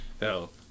Hell